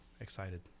excited